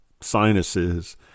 sinuses